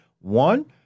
One